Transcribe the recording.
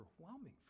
overwhelming